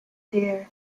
dear